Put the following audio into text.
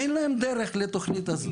אין להם דרך לתוכנית הזאת.